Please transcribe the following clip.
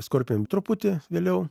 skorpion truputį vėliau